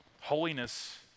Holiness